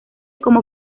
como